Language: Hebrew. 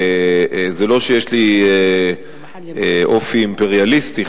זה לא שיש לי אופי אימפריאליסטי,